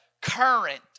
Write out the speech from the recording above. current